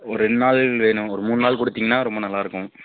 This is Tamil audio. ஒரு ரெண்ட் நாள் வேணும் ஒரு மூண்நாள் கொடுத்தீங்னா ரொம்ப நல்லாயிருக்கும்